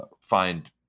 find